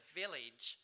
village